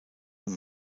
und